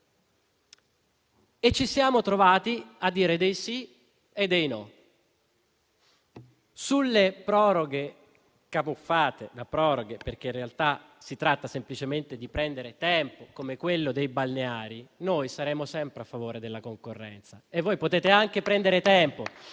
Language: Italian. e ci siamo trovati a dire dei sì e dei no. Sulle proroghe camuffate da proroghe - in realtà si tratta semplicemente di prendere tempo, come sulle concessioni balneari - noi saremo sempre a favore della concorrenza. Voi potete anche prendere tempo,